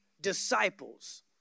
disciples